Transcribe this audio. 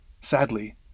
Sadly